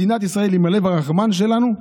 מדינת ישראל, עם הלב הרחמן שלנו,